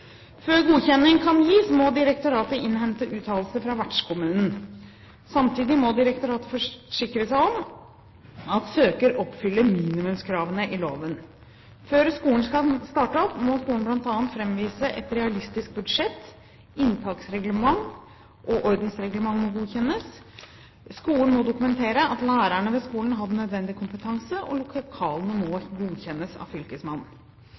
Før godkjenning kan gis, må direktoratet innhente uttalelse fra vertskommunen. Samtidig må direktoratet forsikre seg om at søker oppfyller minimumskravene i loven. Før skolen kan starte opp, må skolen bl.a. framvise et realistisk budsjett, inntaksreglement og ordensreglement må godkjennes, skolen må dokumentere at lærerne ved skolen har den nødvendige kompetanse, og lokalene må godkjennes av fylkesmannen.